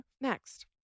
Next